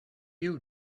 you